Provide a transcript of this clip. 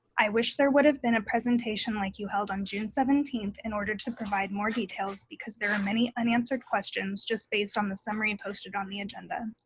i wish there would have been a presentation like you held on june seventeenth in order to provide more details because there are many unanswered questions just based on the summary and posted on the agenda.